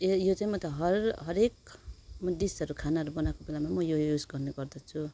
यो यो चाहिँ म त हर हरेक म डिसहरू खानाहरू बनाएको बेलामा म यो यो युज गर्ने गर्दछु